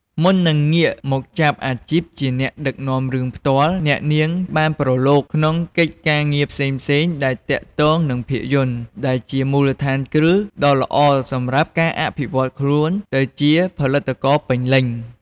មុននឹងងាកមកចាប់អាជីពជាអ្នកដឹកនាំរឿងផ្ទាល់ អ្នកនាងបានប្រឡូកក្នុងកិច្ចការងារផ្សេងៗដែលទាក់ទងនឹងភាពយន្ត ដែលជាមូលដ្ឋានគ្រឹះដ៏ល្អសម្រាប់ការអភិវឌ្ឍន៍ខ្លួនទៅជាផលិតករពេញលេញ។